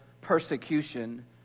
persecution